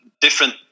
different